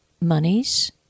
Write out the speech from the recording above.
monies